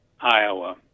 Iowa